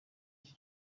iki